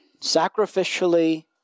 sacrificially